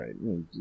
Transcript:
right